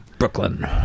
Brooklyn